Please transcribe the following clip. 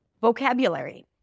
vocabulary